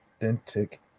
authentic